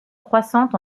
croissante